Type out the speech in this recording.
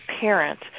parent